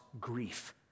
grief